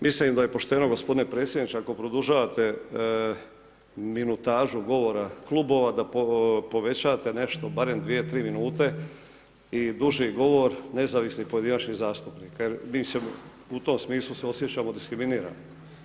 Mislim da je pošteno gospodine predsjedniče ako produžavate minutažu govora klubova, da povećate nešto, barem 2-3 minute i duži govor Nezavisnih pojedinačnih zastupnika jer mislim, u tome smislu se osjećamo diskriminiramo.